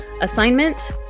assignment